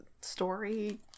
story